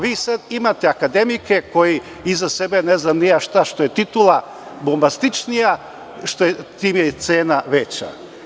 Vi sad imate akademike koji iza sebe imaju ne znam ni ja šta, što je titula bombastičnija, to je cena veća.